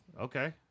Okay